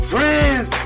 Friends